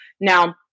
Now